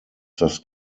das